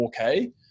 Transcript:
4K